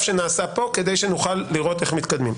שנעשה כאן כדי שנוכל לראות איך מתקדמים.